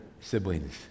siblings